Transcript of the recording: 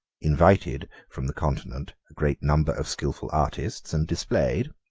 invited, from the continent, a great number of skilful artists, and displayed,